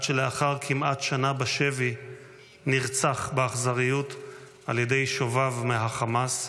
עד שלאחר כמעט שנה בשבי נרצח באכזריות על ידי שוביו מהחמאס,